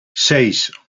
seis